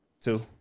two